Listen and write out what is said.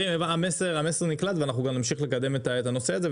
המסר נקלט ואנחנו גם נמשיך לקדם את הנושא הזה.